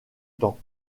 temps